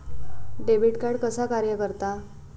Debit card कसा कार्य करता?